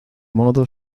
modo